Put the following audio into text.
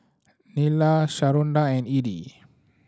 Nyla Sharonda and E D